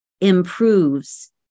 improves